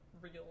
real